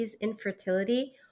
infertility